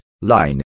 line